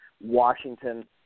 Washington